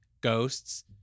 ghosts